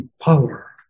power